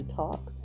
talk